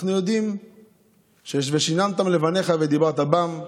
אנחנו יודעים שיש "ושננתם לבניך ודברת בם".